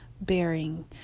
bearing